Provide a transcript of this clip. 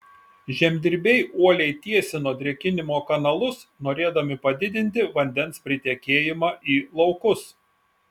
žemdirbiai uoliai tiesino drėkinimo kanalus norėdami padidinti vandens pritekėjimą į laukus